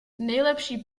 nejlepší